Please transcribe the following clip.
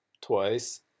twice